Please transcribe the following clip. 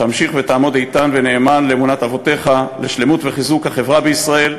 תמשיך ותעמוד איתן ונאמן לאמונת אבותיך לשלמות וחיזוק החברה בישראל,